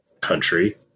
country